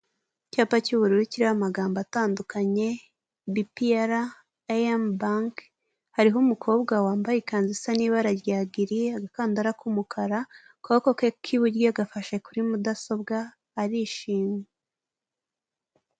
Icyapa cy'ubururu kiririho amagambo atandukanye bipiyara, eyemu banke, hariho umukobwa wambaye ikanzu isa n'ibara rya giri, agakandara k'umukara akaboko ke k'iburyo gafashe kuri mudasobwa arishimye.